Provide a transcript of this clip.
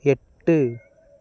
எட்டு